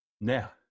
Now